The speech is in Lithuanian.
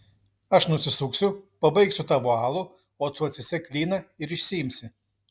aš nusisuksiu pabaigsiu tavo alų o tu atsisek klyną ir išsiimsi